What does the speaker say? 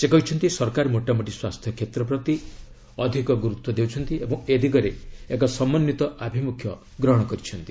ସେ କହିଛନ୍ତି ସରକାର ମୋଟାମୋଟି ସ୍ୱାସ୍ଥ୍ୟକ୍ଷେତ୍ର ପ୍ରତି ଅଧିକ ଗୁରୁତ୍ୱ ଦେଉଛନ୍ତି ଓ ଏ ଦିଗରେ ଏକ ସମନ୍ଧିତ ଆଭିମୁଖ୍ୟ ଗ୍ରହଣ କରିଛନ୍ତି